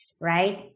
right